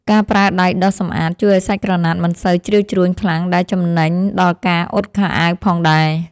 ការប្រើដៃដុសសម្អាតជួយឱ្យសាច់ក្រណាត់មិនសូវជ្រីវជ្រួញខ្លាំងដែលចំណេញដល់ការអ៊ុតខោអាវផងដែរ។